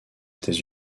états